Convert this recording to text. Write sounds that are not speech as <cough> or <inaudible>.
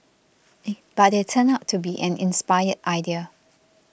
<hesitation> but it turned out to be an inspired idea